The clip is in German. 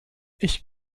ich